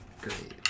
great